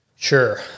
Sure